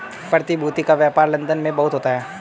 प्रतिभूति का व्यापार लन्दन में बहुत होता है